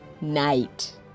night